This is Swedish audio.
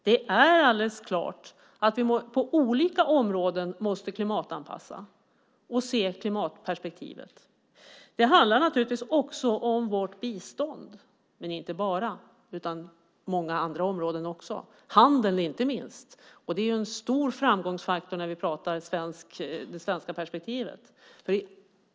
Det är alldeles klart att vi på olika områden måste klimatanpassa och se klimatperspektivet. Det handlar naturligtvis också om vårt bistånd, men inte bara det, utan många andra områden också, inte minst handel. Det är en stor framgångsfaktor när vi pratar om det svenska perspektivet.